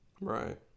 Right